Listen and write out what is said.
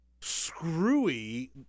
screwy